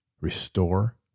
Restore